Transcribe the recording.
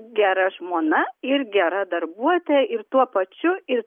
gera žmona ir gera darbuotoja ir tuo pačiu ir